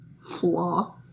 Flaw